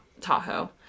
Tahoe